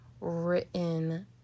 written